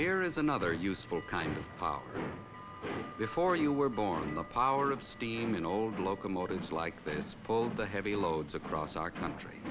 here is another useful kind of power before you were born the power of steam and old locomotives like they pulled the heavy loads across our country